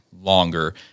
longer